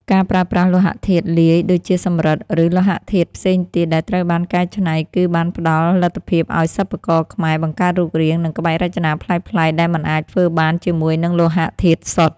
ការប្រើប្រាស់លោហៈធាតុលាយ ដូចជាសំរិទ្ធ ឬលោហៈធាតុផ្សេងទៀតដែលត្រូវបានកែច្នៃ គឺបានផ្ដល់លទ្ធភាពឱ្យសិប្បករខ្មែរបង្កើតរូបរាង និងក្បាច់រចនាប្លែកៗ ដែលមិនអាចធ្វើបានជាមួយនឹងលោហៈធាតុសុទ្ធ។